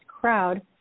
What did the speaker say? crowd